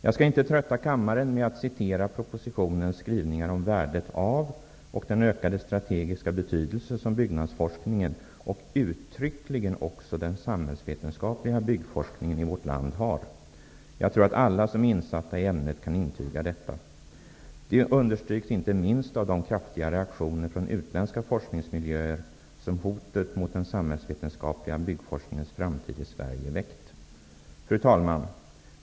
Jag skall inte trötta kammaren med att citera propositionens skrivningar om värdet av den strategiska betydelse som byggnadsforskningen och uttryckligen också den samhällsvetenskapliga byggforskningen har i vårt land. Jag tror att alla som är insatta i ämnet kan intyga detta. Detta understryks inte minst av de kraftiga reaktioner från utländska forskningsmiljöer, som hotet mot den samhällsvetenskapliga byggforskningens framtid i Sverige har väckt. Fru talman!